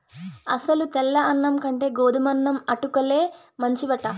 అసలు తెల్ల అన్నం కంటే గోధుమన్నం అటుకుల్లే మంచివట